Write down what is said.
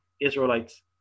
Israelites